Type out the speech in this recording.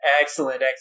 Excellent